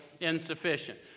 insufficient